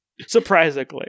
Surprisingly